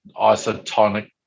isotonic